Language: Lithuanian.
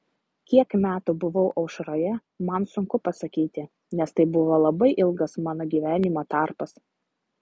kiek metų buvau aušroje man sunku pasakyti nes tai buvo labai ilgas mano gyvenimo tarpas